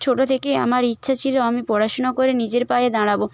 ছোটো থেকেই আমার ইচ্ছা ছিলো আমি পড়াশোনা করে নিজের পায়ে দাঁড়াবো